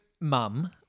mum